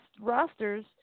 rosters